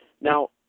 Now